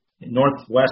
Northwest